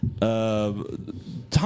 Tom